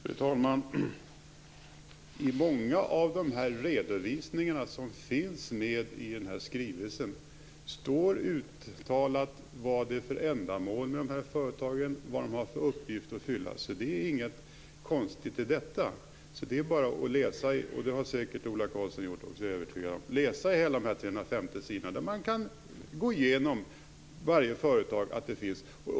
Fru talman! I många av de redovisningar som finns med i skrivelsen finns uttalat vad det är för ändamål med företagen, vad de har för uppgift att fylla, så det är inget konstigt i detta. Det är bara att läsa alla de 350 sidorna, vilket jag är övertygad om att Ola Karlsson har gjort, där man kan gå igenom syftet med varje företag.